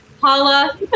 Paula